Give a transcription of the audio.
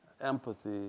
empathy